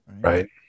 right